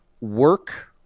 work